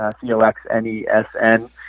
C-O-X-N-E-S-N